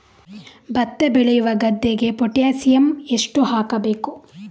ಭತ್ತ ಬೆಳೆಯುವ ಗದ್ದೆಗೆ ಪೊಟ್ಯಾಸಿಯಂ ಎಷ್ಟು ಹಾಕಬೇಕು?